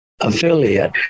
affiliate